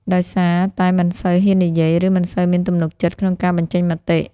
ដោយសារតែមិនសូវហ៊ាននិយាយ ឬមិនសូវមានទំនុកចិត្តក្នុងការបញ្ចេញមតិ។